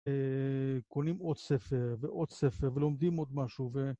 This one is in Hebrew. קונים עוד ספר ועוד ספר ולומדים עוד משהו ו...